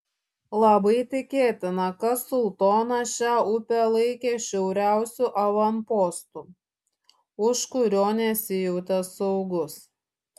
labai tikėtina kad sultonas šią upę laikė šiauriausiu avanpostu už kurio nesijautė saugus